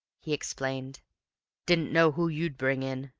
he explained didn't know who you'd bring in.